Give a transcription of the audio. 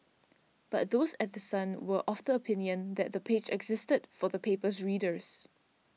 but those at The Sun were of the opinion that the page existed for the paper's readers